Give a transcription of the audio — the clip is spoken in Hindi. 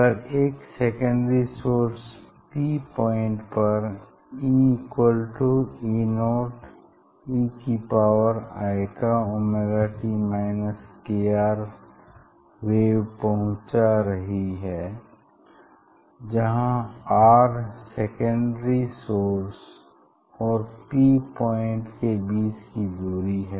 अगर एक सेकेंडरी सोर्स से P पॉइंट पर EE0e की power i ωt kR wave पहुँच रही है जहाँ R सेकेंडरी सोर्स और P पॉइंट के बीच की दूरी है